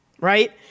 right